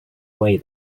way